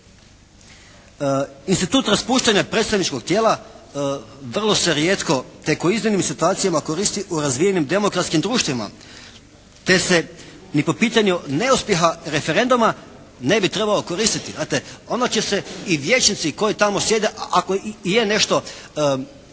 birača. Institut raspuštanja predstavničkog tijela vrlo se rijetko, tek u iznimnim situacijama koristi u razvijenim demokratskim društvima te se i po pitanju neuspjeha referenduma ne bi trebao koristiti, znate. Onda će se i vijećnici koji tamo sjede, ako i je nešto,